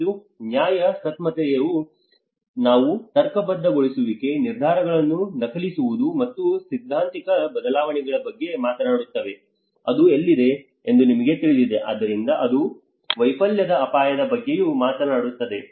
ಮತ್ತು ನ್ಯಾಯಸಮ್ಮತತೆಯು ನಾವು ತರ್ಕಬದ್ಧಗೊಳಿಸುವಿಕೆ ನಿರ್ಧಾರಗಳನ್ನು ನಕಲಿಸುವುದು ಮತ್ತು ಸೈದ್ಧಾಂತಿಕ ಬದಲಾವಣೆಗಳ ಬಗ್ಗೆ ಮಾತನಾಡುತ್ತೇವೆ ಇದು ಎಲ್ಲಿದೆ ಎಂದು ನಿಮಗೆ ತಿಳಿದಿದೆ ಆದ್ದರಿಂದ ಅದು ವೈಫಲ್ಯದ ಅಪಾಯದ ಬಗ್ಗೆಯೂ ಮಾತನಾಡುತ್ತದೆ